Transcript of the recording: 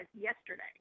yesterday